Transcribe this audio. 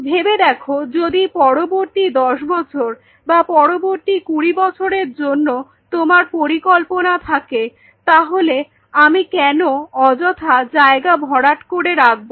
ভেবে দেখো যদি পরবর্তী দশ বছর বা পরবর্তী কুড়ি বছরের জন্য আমার পরিকল্পনা থাকে তাহলে আমি কেন অযথা জায়গা ভরাট করে রাখবো